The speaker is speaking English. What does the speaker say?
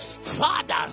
Father